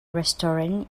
restaurant